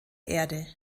erde